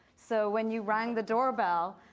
so when you rang the doorbell,